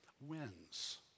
wins